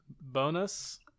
bonus